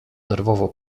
nerwowo